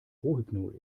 rohypnol